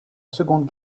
seconde